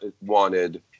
wanted